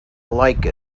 like